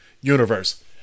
universe